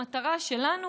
המטרה שלנו,